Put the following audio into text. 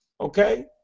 Okay